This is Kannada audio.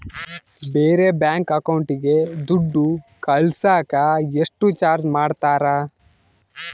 ಬೇರೆ ಬ್ಯಾಂಕ್ ಅಕೌಂಟಿಗೆ ದುಡ್ಡು ಕಳಸಾಕ ಎಷ್ಟು ಚಾರ್ಜ್ ಮಾಡತಾರ?